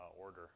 order